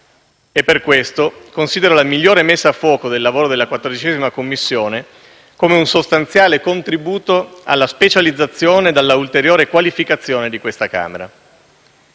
Per questo, considero la migliore messa a fuoco del lavoro della 14a Commissione come un sostanziale contributo alla specializzazione e alla ulteriore qualificazione di questa Camera.